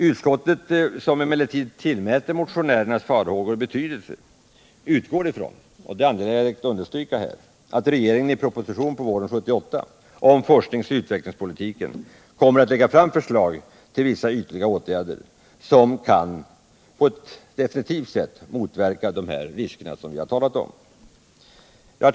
Utskottet, som emellertid tillmäter motionärernas farhågor betydelse, utgår ifrån — det är angeläget att understryka — att regeringen i proposition våren 1978 om forskningsoch utvecklingspolitiken kommer att lägga fram förslag till vissa ytterligare åtgärder som på ett definitivt sätt kan motverka de risker vi har talat om.